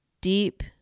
deep